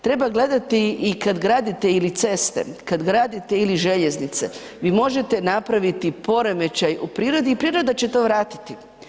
Treba gledati i kad gradite ili ceste, kad gradite ili željeznice, vi možete napraviti poremećaj u prirodi i priroda će to vratiti.